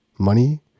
money